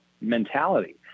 mentality